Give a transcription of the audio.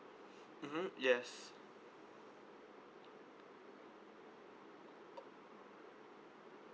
mmhmm yes